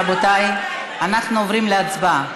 רבותיי, אנחנו עוברים להצבעה.